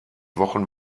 wochen